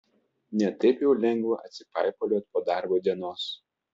ne taip jau lengva atsipaipaliot po darbo dienos